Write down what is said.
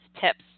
tips